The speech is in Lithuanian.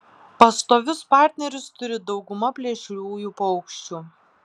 pastovius partnerius turi dauguma plėšriųjų paukščių